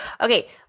Okay